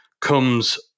comes